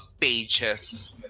pages